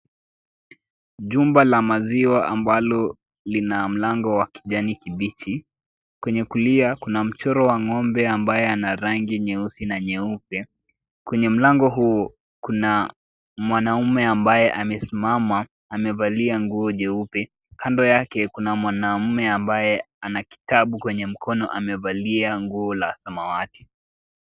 Jumba la maziwa ambalo lina mlango wa kijani kibichi, Kwenye kulia kuna mchoro wa ng'ombe ambaye ana rangi nyeusi na nyeupe. Kwenye mlango huu kuna mwanaume ambaye amesimama amevalia nguo jeupe. kando yake kuna mwanaume ambaye ana kitabu kwenye mkono amevalia nguo la samawati.